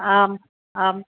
आम् आम्